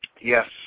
Yes